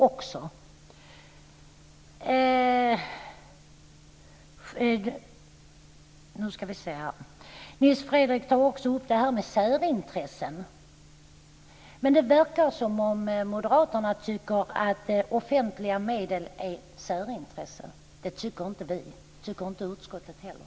Nils Fredrik tar också upp det här med särintressen. Det verkar som om moderaterna tycker att offentliga medel är särintressen. Det tycker inte vi. Det tycker inte utskottet heller.